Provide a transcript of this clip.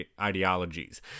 ideologies